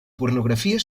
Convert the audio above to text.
pornografia